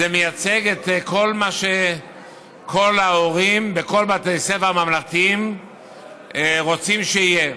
זה מייצג את מה שכל ההורים בכל בתי הספר הממלכתיים רוצים שיהיה.